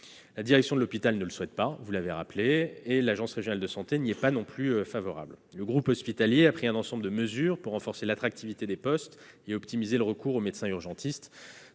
La direction de l'hôpital ne le souhaite pas, vous l'avez rappelé, et l'Agence régionale de santé, l'ARS, n'y est pas non plus favorable. Le groupe hospitalier a pris un ensemble de mesures pour renforcer l'attractivité des postes et optimiser le recours aux médecins urgentistes